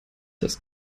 das